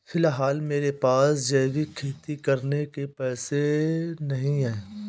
फिलहाल मेरे पास जैविक खेती करने के पैसे नहीं हैं